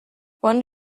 one